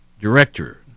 director